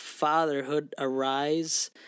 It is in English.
fatherhoodarise